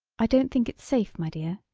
i don't think it's safe, my dear,